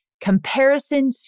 Comparison